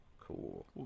cool